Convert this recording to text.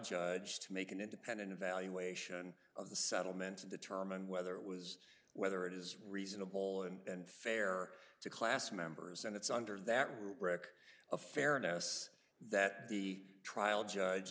judge to make an independent evaluation of the settlement to determine whether it was whether it is reasonable and fair to class members and it's under that rubric of fairness that the trial judge